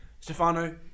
Stefano